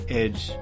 edge